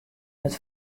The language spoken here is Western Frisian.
wurdt